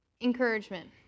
encouragement